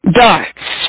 darts